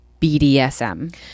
BDSM